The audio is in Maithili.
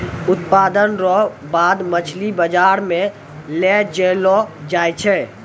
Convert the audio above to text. उत्पादन रो बाद मछली बाजार मे लै जैलो जाय छै